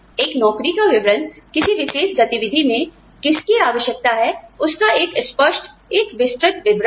एक नौकरी का विवरण किसी विशेष गतिविधि में किसकी आवश्यकता है उसका एक स्पष्ट एक विस्तृत विवरण है